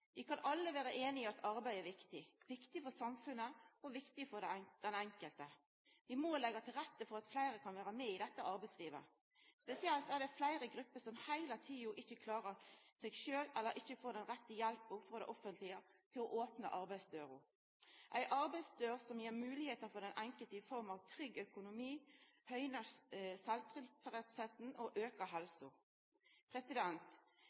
Vi kan alle vera einige i at arbeid er viktig – viktig for samfunnet og viktig for den enkelte. Vi må leggja til rette for at fleire kan vera med i dette arbeidslivet. Spesielt er det fleire grupper som heile tida ikkje klarer seg sjølve, eller som ikkje får den rette hjelpa frå det offentlege til å opna arbeidsdøra – ei arbeidsdør som gjev moglegheiter for den enkelte i form av trygg økonomi, som aukar sjølvtilfredsheita og